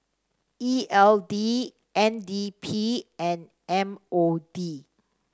E L D N D P and M O D